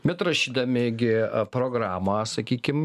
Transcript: bet rašydami gi programą sakykim